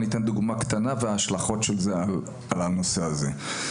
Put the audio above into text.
אני אתן דוגמה קטנה ואת ההשלכות של זה על הנושא הזה.